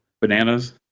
Bananas